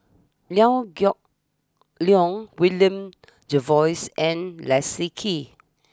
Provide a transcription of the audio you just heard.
Liew Geok Leong William Jervois and Leslie Kee